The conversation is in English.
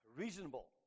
Reasonable